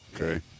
Okay